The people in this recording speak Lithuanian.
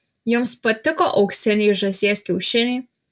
jums patiko auksiniai žąsies kiaušiniai